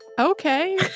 Okay